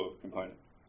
components